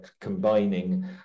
combining